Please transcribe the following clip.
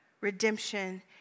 redemption